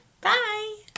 bye